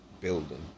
Building